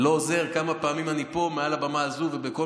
לא עוזר כמה פעמים אני פה מעל הבמה הזו ובכל